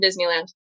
Disneyland